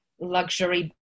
luxury